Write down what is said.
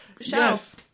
Yes